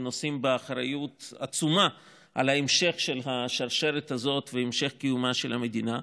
ונושאים באחריות עצומה להמשך של השרשרת הזאת והמשך קיומה של המדינה.